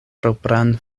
propran